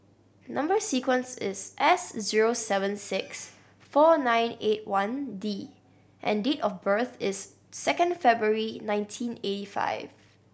number sequence is S zero seven six four nine eight one D and date of birth is second February nineteen eighty five